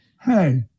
Hey